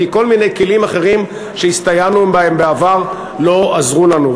כי כל מיני כלים אחרים שהסתייענו בהם בעבר לא עזרו לנו.